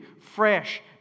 fresh